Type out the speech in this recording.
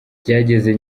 byageze